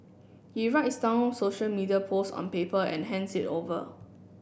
he writes down social media post on paper and hands it over